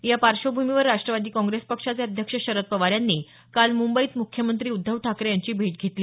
या पार्श्वभूमीवर राष्ट्रवादी काँग्रेस पक्षाचे अध्यक्ष शरद पवार यांनी काल मुंबईत मुख्यमंत्री उद्धव ठाकरे यांची भेट घेतली